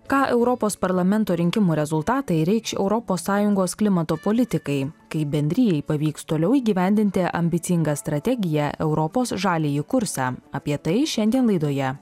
ką europos parlamento rinkimų rezultatai reikš europos sąjungos klimato politikai kaip bendrijai pavyks toliau įgyvendinti ambicingą strategiją europos žaliąjį kursą apie tai šiandien laidoje